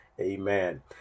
amen